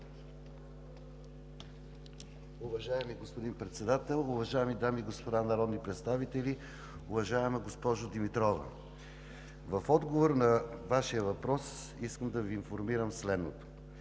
Уважаеми господин Председател, уважаеми дами и господа народни представители, уважаема госпожо Димитрова! В отговор на Вашия въпрос искам да Ви информирам следното.